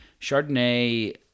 Chardonnay